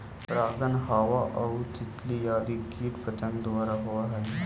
परागण हवा आउ तितली आदि कीट पतंग द्वारा होवऽ हइ